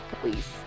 Police